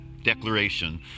declaration